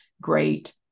great